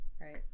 Right